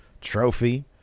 trophy